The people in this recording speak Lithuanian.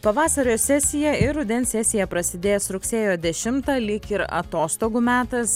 pavasario sesiją ir rudens sesija prasidės rugsėjo dešimtą lyg ir atostogų metas